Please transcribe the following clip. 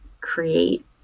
create